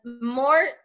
More